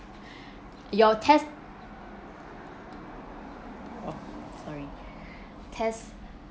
your test oh sorry test